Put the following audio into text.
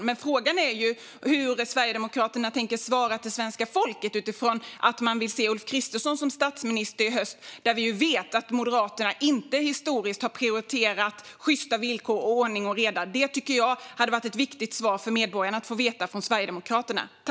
Men frågan är vad Sverigedemokraterna tänker svara svenska folket utifrån att man vill se Ulf Kristersson som statsminister i höst. Vi vet att Moderaterna historiskt inte har prioriterat sjysta villkor och ordning och reda. Det tycker jag hade varit ett viktigt besked för medborgarna att få från Sverigedemokraterna.